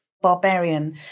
barbarian